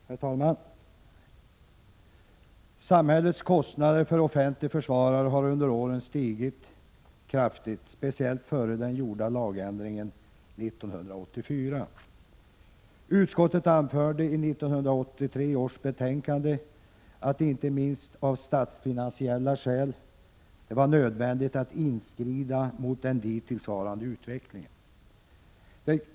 Herr talman! Samhällets kostnader för offentlig försvarare har under åren stigit kraftigt, speciellt före den gjorda lagändringen 1984. Utskottet anförde i 1983 års betänkande att det, inte minst av statsfinansiella skäl, var nödvändigt att inskrida mot den dittillsvarande utvecklingen.